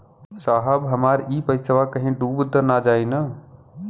साहब हमार इ पइसवा कहि डूब त ना जाई न?